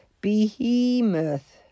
behemoth